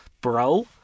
bro